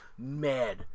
Mad